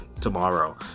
tomorrow